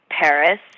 Paris